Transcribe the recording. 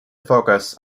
focus